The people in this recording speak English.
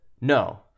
No